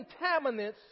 contaminants